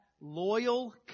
loyal